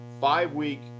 five-week